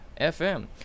FM